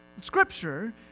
Scripture